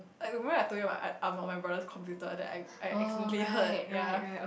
Like remember I told you [what] I I'm at my brother's computer then I I accidentally heard ya